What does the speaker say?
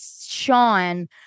Sean